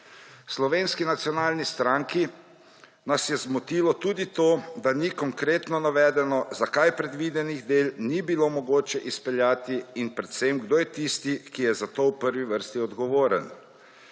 Slovenski nacionalni stranki nas je zmotilo tudi to, da ni konkretno navedeno, zakaj predvidenih del ni bilo mogoče izpeljati, in predvsem, kdo je tisti, ki je za to v prvi vrsti odgovoren.